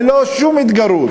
ללא שום התגרות,